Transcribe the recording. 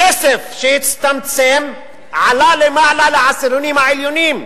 הכסף שהצטמצם עלה למעלה, לעשירונים העליונים,